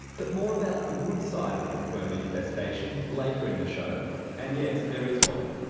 but more about the good side of hookworm infestation later in the show and yes, there is one.